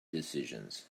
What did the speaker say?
decisions